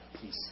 peace